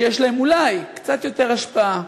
שיש להם אולי קצת יותר השפעה,